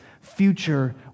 future